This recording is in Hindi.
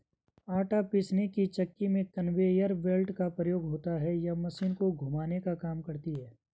आटा पीसने की चक्की में कन्वेयर बेल्ट का प्रयोग होता है यह मशीन को घुमाने का काम करती है